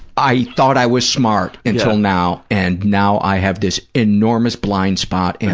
i thought i was smart until now, and now i have this enormous blind spot and,